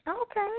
Okay